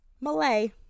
Malay